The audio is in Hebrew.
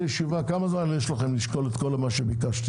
כמה זמן יש לכם לשקול כל מה שביקשתי?